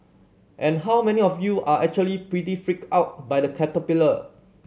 and how many of you are actually pretty freaked out by the caterpillar